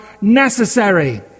necessary